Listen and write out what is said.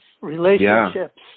relationships